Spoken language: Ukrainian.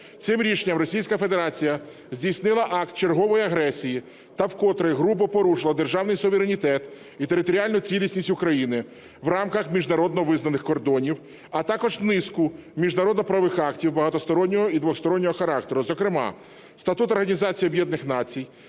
Федерація здійснила акт чергової агресії та вкотре грубо порушила державний суверенітет і територіальну цілісність України в рамках міжнародно визнаних кордонів, а також низку міжнародно-правових актів багатостороннього і двостороннього характеру. Зокрема: Статут Організації Об’єднаних Націй,